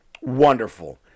wonderful